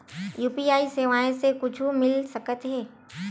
UPI सेवाएं से कुछु मिल सकत हे?